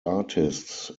artists